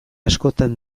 askotan